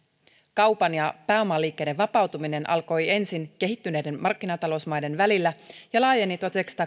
kaupan ja pääomaliikkeiden vapautuminen alkoi ensin kehittyneiden markkinatalousmaiden välillä ja laajeni